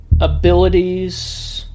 abilities